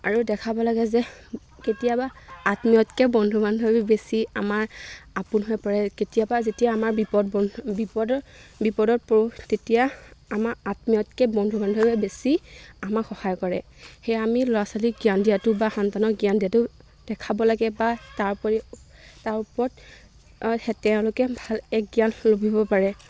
আৰু দেখাব লাগে যে কেতিয়াবা আত্মীয়তকৈ বন্ধু বান্ধৱী বেছি আমাৰ আপোন হৈ পৰে কেতিয়াবা যেতিয়া আমাৰ বিপদ বন্ধ বিপদৰ বিপদত পৰোঁ তেতিয়া আমাৰ আত্মীয়তকৈ বন্ধু বান্ধৱী বেছি আমাক সহায় কৰে সেয়া আমি ল'ৰা ছোৱালীক জ্ঞান দিয়াটো বা সন্তানক জ্ঞান দিয়াটো দেখাব লাগে বা তাৰ উপৰি তাৰ ওপৰত তেওঁলোকে ভাল এক জ্ঞান লোভিব পাৰে